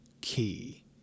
key